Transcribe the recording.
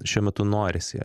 šiuo metu norisi